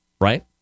right